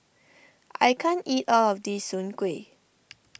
I can't eat all of this Soon Kueh